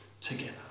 together